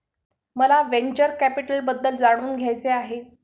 मला व्हेंचर कॅपिटलबद्दल जाणून घ्यायचे आहे